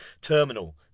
Terminal